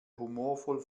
humorvoll